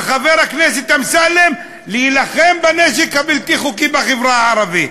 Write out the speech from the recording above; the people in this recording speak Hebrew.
וחבר הכנסת אמסלם: "להילחם בנשק הבלתי-חוקי בחברה הערבית".